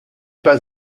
pas